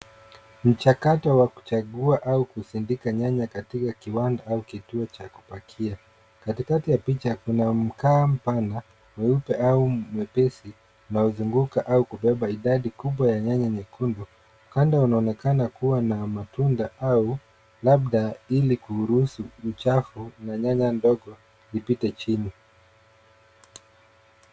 Mchakato wa kuchagua au kusindika nyanya katika kiwanda au kituo cha kupakia. Katikati ya picha kuna mkaa mpana mweupe au mwepesi umezunguka au kubeba idadi kubwa ya nyanya nyekundu. Ukanda unaonekana kuwa na matunda au labda ili kuruhusu uchafu na nyanya ndogo ipite chini.